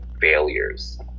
failures